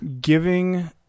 giving